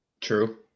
True